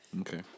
Okay